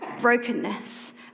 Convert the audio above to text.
brokenness